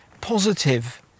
positive